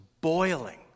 boiling